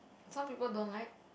some people don't like